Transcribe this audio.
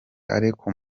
ariko